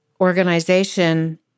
organization